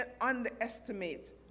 underestimate